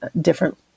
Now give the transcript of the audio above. different